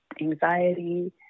anxiety